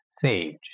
sage